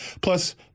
Plus